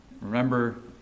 Remember